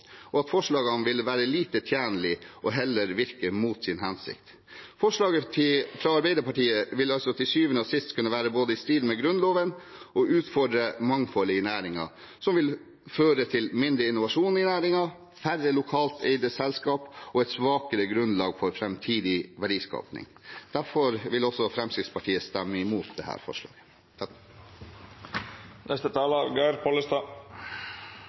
og at forslagene vil være lite tjenlige og heller virke mot sin hensikt. Representantforslaget fra Arbeiderpartiet vil til syvende og sist både kunne være i strid med Grunnloven og utfordre mangfoldet i næringen, noe som vil føre til mindre innovasjon i næringen, færre lokalt eide selskaper og et svakere grunnlag for framtidig verdiskaping. Derfor vil også Fremskrittspartiet stemme imot dette forslaget.